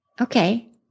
Okay